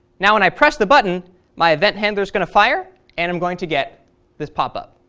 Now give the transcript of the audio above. now when i press the button my event handler is going to fire, and i'm going to get this popup.